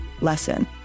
lesson